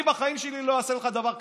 אני בחיים שלי לא אעשה לך דבר כזה.